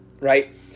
right